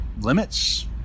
limits